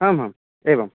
आमाम् एवं